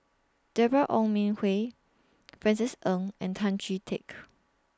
Deborah Ong Min Hui Francis Ng and Tan Chee Teck